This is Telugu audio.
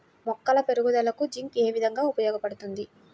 మొక్కల పెరుగుదలకు జింక్ ఏ విధముగా ఉపయోగపడుతుంది?